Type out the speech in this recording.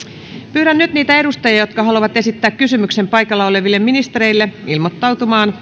pyydän nyt niitä edustajia jotka haluavat esittää kysymyksen paikalla olevalle ministerille ilmoittautumaan